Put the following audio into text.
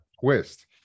twist